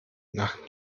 nach